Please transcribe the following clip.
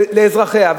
לאזרחיה.